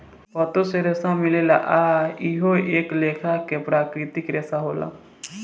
पातो से रेसा मिलेला आ इहो एक लेखा के प्राकृतिक रेसा होला